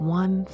one